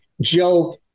Joe